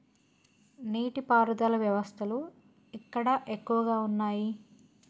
నీటి పారుదల వ్యవస్థలు ఎక్కడ ఎక్కువగా ఉన్నాయి?